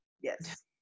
Yes